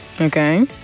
Okay